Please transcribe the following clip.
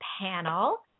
panel